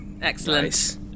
Excellent